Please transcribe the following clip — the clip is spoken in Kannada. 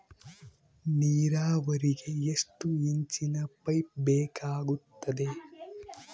ನೇರಾವರಿಗೆ ಎಷ್ಟು ಇಂಚಿನ ಪೈಪ್ ಬೇಕಾಗುತ್ತದೆ?